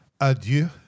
adieu